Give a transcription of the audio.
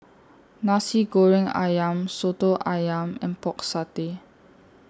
Nasi Goreng Ayam Soto Ayam and Pork Satay